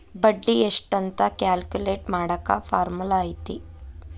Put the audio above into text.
ಬಡ್ಡಿ ಎಷ್ಟ್ ಅಂತ ಕ್ಯಾಲ್ಕುಲೆಟ್ ಮಾಡಾಕ ಫಾರ್ಮುಲಾ ಐತಿ